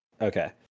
Okay